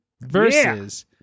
versus